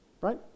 Right